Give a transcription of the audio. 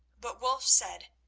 but wulf said,